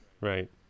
right